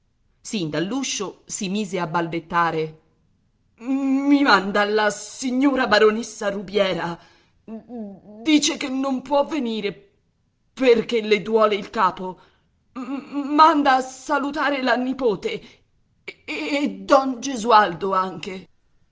quell'apparato sin dall'uscio si mise a balbettare i manda la signora baronessa rubiera dice che non può venire perché le duole il capo manda a salutare la nipote e don gesualdo anche